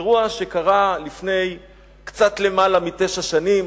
אירוע שקרה לפני קצת יותר מתשע שנים.